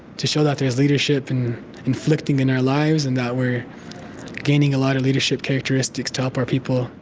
to show that there's leadership in inflicting in our lives, and that we're gaining a lot of leadership characteristics to help our people.